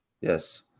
Yes